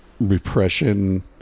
repression